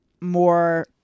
more